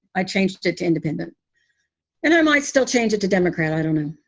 i changed it to independent and i might still change it to democrat. i don't know.